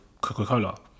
Coca-Cola